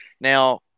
Now